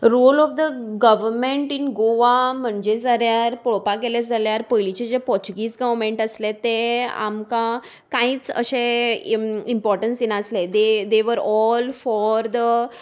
role of the government in Goa म्हणजे जाल्यार पळोवपाक गेले जाल्यार पयलींचे जे पोर्चुगीज गवर्मेंट आसलें तें आमकां कांयच अशे इम्पोर्टंस दिनासले they were all for the